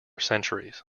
centuries